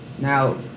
Now